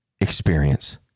experience